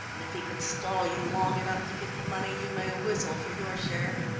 and if he can stall you long enough to get the money you may whistle for your share.